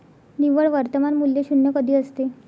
निव्वळ वर्तमान मूल्य शून्य कधी असते?